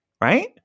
right